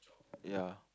ya